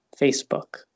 Facebook